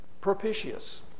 propitious